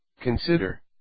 Consider